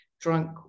drunk